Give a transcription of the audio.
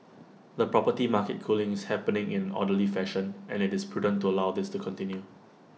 the property market cooling is happening in orderly fashion and IT is prudent to allow this to continue